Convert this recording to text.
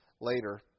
later